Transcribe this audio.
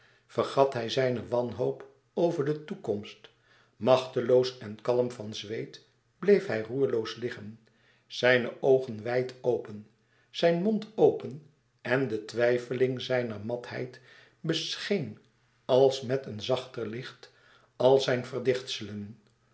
vergat hij zijne wanhoop over de toekomst machteloos en klam van zweet bleef hij roerloos liggen zijne oogen wijd open zijn mond open en de twijfeling zijner matheid bescheen als met een zachter licht al zijne verdichtselen